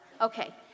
Okay